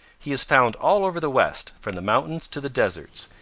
he is found all over the west, from the mountains to the deserts,